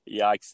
Yikes